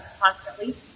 constantly